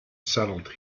settled